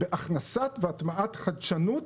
בהכנסת והטמעת חדשנות